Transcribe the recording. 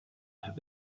have